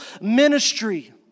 ministry